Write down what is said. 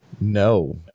no